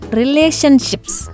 relationships